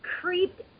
creeped